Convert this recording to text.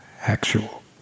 actual